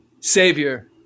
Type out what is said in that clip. savior